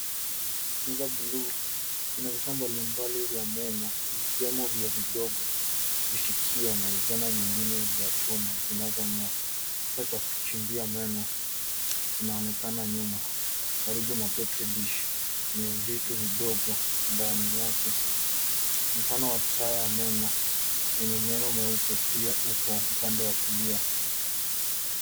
Meza buluu ina vifaa mbalimbali vya meno vikiwemo vioo vidogo, vishikio na zana zingine za chuma zinazong'aa. Kifaa cha kuchimbia meno kinaonekana nyuma karibu na petri dish yenye vitu vidogo ndani yake. Mfano wa taya ya meno yenye meno meupe pia upo upande wa kulia.